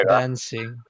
dancing